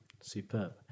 superb